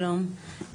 שלום,